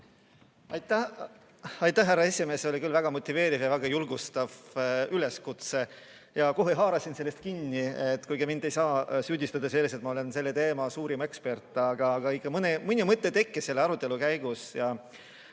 Aitäh, härra esimees! See oli küll väga motiveeriv ja väga julgustav üleskutse ja ma kohe haarasin sellest kinni, kuigi mind ei saa süüdistada selles, et ma olen selle teema suurim ekspert. Aga ikka mõni mõte tekkis selle ülevaate käigus,